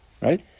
Right